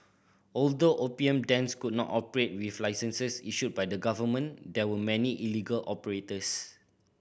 although opium dens could not operate with licenses issued by the government there were many illegal operators